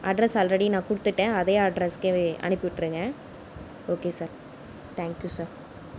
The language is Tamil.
அட்ரஸ் ஆல்ரெடி நான் கொடுத்துட்டேன் அதே அட்ரஸ்க்கு அனுப்பிவிட்டுருங்க okay sir thank you sir